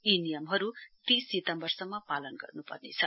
यी नियमहरू तीस सितम्बरसम्म पालन गर्नुपर्नेछ